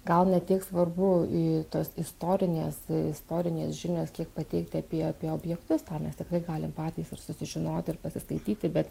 gal ne tiek svarbu i tos istorinės istorinės žinios kiek pateikti apie apie objektus tą mes tikrai galim patys ir susižinot ir pasiskaityti bet